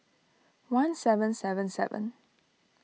one seven seven seven